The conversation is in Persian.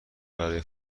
برای